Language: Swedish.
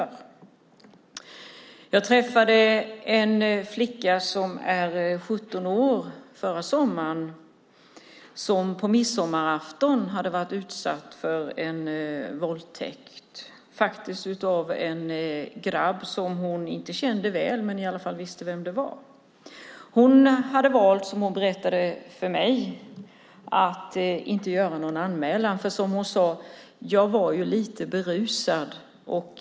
Förra sommaren träffade jag en flicka som är 17 år och som på midsommarafton blivit utsatt för en våldtäkt - faktiskt av en grabb som hon inte kände väl men i alla fall visste vem det var. Hon berättade för mig att hon hade valt att inte göra någon anmälan, för som hon sade: Jag var ju lite berusad.